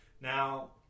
Now